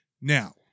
Now